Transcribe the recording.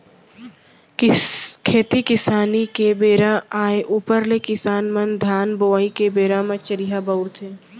खेती किसानी के बेरा आय ऊपर ले किसान मन धान बोवई के बेरा म चरिहा बउरथे